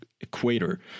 equator